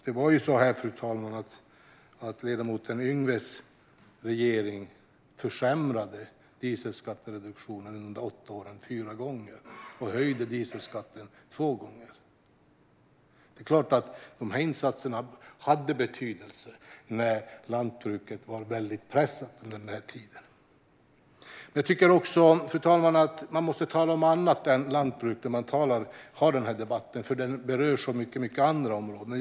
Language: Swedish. Det var ju så, fru talman, att ledamoten Yngwes regering försämrade dieselskattereduktionen fyra gånger under åtta år. Man höjde dieselskatten två gånger. Det är klart att dessa insatser hade betydelse vid den tiden, när lantbruket var väldigt pressat. Jag tycker också att man måste tala om annat än lantbruk när man har den här debatten, fru talman, för den berör så många andra områden.